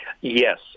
Yes